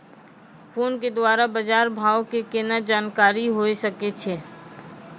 Phone के द्वारा बाज़ार भाव के केना जानकारी होय सकै छौ?